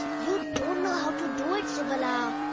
you don't know how to do it, subala.